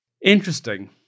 interesting